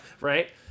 right